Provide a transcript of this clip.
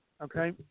Okay